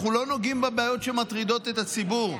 אנחנו לא נוגעים בבעיות שמטרידות את הציבור,